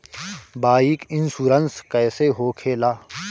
Bike insurance कैसे होखे ला?